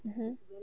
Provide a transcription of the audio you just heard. mmhmm